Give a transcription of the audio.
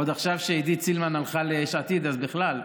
עוד עכשיו, כשעידית סילמן הלכה ליש עתיד, אז בכלל.